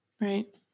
Right